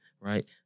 right